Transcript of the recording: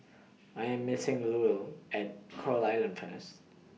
I'm meeting Louella At Coral Island First